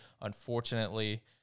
unfortunately